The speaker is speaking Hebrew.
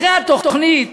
אחרי התוכנית